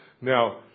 Now